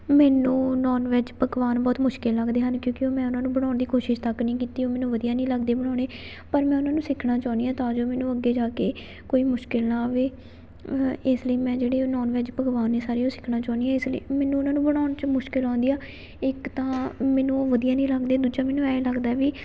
ਮੈਨੂੰ non veg ਪਕਵਾਨ ਬਹੁਤ ਮੁਸ਼ਕਲ ਲੱਗਦੇ ਹਨ ਕਿਉਂਕਿ ਉਹ ਮੈਂ ਉਹਨਾਂ ਨੂੰ ਬਣਾਉਣ ਦੀ ਕੋਸ਼ਿਸ਼ ਤੱਕ ਨਹੀਂ ਕੀਤੀ ਉਹ ਮੈਨੂੰ ਵਧੀਆ ਨਹੀਂ ਲੱਗਦੇ ਬਣਾਉਣੇ ਪਰ ਮੈਂ ਉਹਨਾਂ ਨੂੰ ਸਿੱਖਣਾ ਚਾਹੁੰਦੀ ਹਾਂ ਤਾਂ ਜੋ ਮੈਨੂੰ ਅੱਗੇ ਜਾ ਕੇ ਕੋਈ ਮੁਸ਼ਕਲ ਨਾ ਆਵੇ ਇਸ ਲਈ ਮੈਂ ਜਿਹੜੇ ਨਾਨ ਵੈੱਜ ਪਕਵਾਨ ਨੇ ਸਾਰੇ ਉਹ ਸਿੱਖਣਾ ਚਾਹੁੰਦੀ ਹਾਂ ਇਸ ਲਈ ਮੈਨੂੰ ਉਹਨਾਂ ਨੂੰ ਬਣਾਉਣ 'ਚ ਮੁਸ਼ਕਲ ਆਉਂਦੀ ਆ ਇੱਕ ਤਾਂ ਮੈਨੂੰ ਉਹ ਵਧੀਆ ਨਹੀਂ ਲੱਗਦੇ ਦੂਜਾ ਮੈਨੂੰ ਐਂ ਲੱਗਦਾ ਵੀ